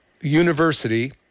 University